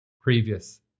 previous